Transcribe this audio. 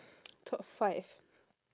top five